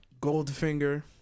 Goldfinger